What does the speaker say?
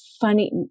funny